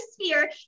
sphere